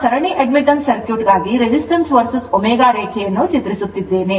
ನಾನು ಸರಣಿ admittance ಸರ್ಕ್ಯೂಟ್ಗಾಗಿ resistance vs ω ರೇಖೆಯನ್ನು ಚಿತ್ರಿಸುತ್ತಿದ್ದೇವೆ